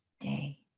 day